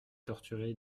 torturé